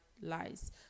lies